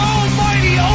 Almighty